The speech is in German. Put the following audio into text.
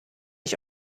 ich